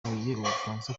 bufaransa